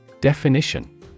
Definition